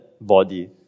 body